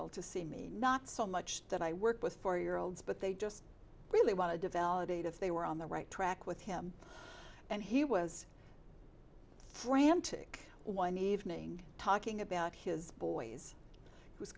old to see me not so much that i work with four year olds but they just really want to develop it if they were on the right track with him and he was frantic one evening talking about his boys who's